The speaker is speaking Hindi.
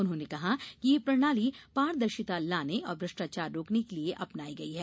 उन्होंने कहा कि यह प्रणाली पारदर्शिता लाने और भ्रष्टाचार रोकने के लिए अपनाई गई है